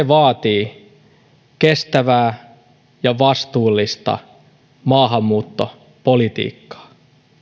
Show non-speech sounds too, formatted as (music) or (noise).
(unintelligible) vaatii kestävää ja vastuullista maahanmuuttopolitiikkaa